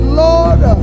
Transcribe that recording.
lord